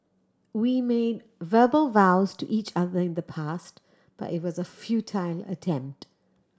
we made verbal vows to each other in the past but it was a futile attempt